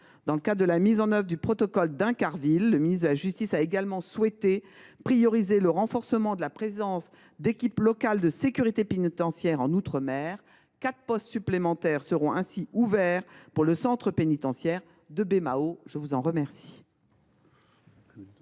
Dans le cadre de la mise en œuvre du protocole d’Incarville, le garde des sceaux a également souhaité prioriser le renforcement de la présence d’équipes locales de sécurité pénitentiaire en outre mer. Quatre postes supplémentaires seront ainsi ouverts pour le centre pénitentiaire de Baie Mahault. La parole